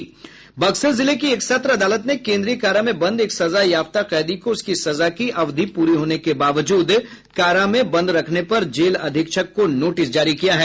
बक्सर जिले की एक सत्र अदालत ने केन्द्रीय कारा में बंद एक सजायाफ्ता कैदी को उसकी सजा की अवधि पूरी होने के बावजूद कारा में रखने पर जेल अधीक्षक को नोटिस जारी किया है